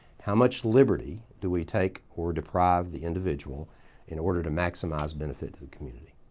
how much liberty do we take or deprive the individual in order to maximize benefit to the community.